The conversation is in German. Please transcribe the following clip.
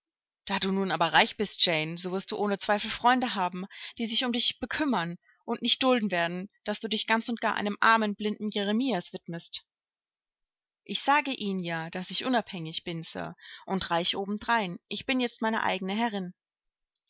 da du nun aber reich bist jane so wirst du ohne zweifel freunde haben die sich um dich bekümmern und nicht dulden werden daß du dich ganz und gar einem armen blinden jeremias widmest ich sagte ihnen ja daß ich unabhängig bin sir und reich obendrein ich bin jetzt meine eigene herrin